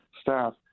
staff